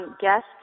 Guests